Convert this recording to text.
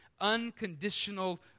unconditional